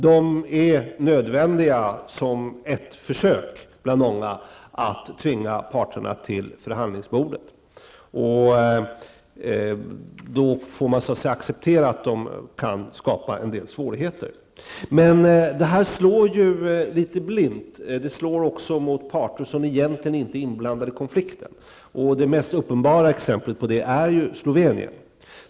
De är nödvändiga, som ett försök bland många att tvinga parterna till förhandlingsbordet. Man får då acceptera att de kan skapa en del svårigheter. Men de slår litet blint. De slår mot parter som egentligen inte är inblandade i konflikten. Det mest uppenbara exemplet på det är Slovenien.